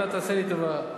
תעשה לי טובה.